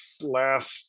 last